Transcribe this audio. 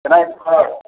ஏன்னா இப்போ